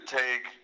take